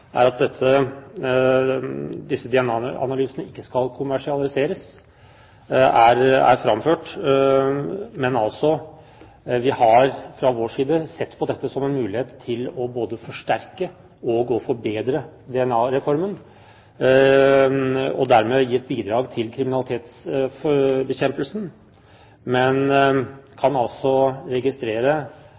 er at disse DNA-analysene ikke skal kommersialiseres. Men fra vår side har vi sett dette som en mulighet til både å forsterke og forbedre DNA-reformen, og dermed gi et bidrag til kriminalitetsbekjempelsen. Men vi kan altså registrere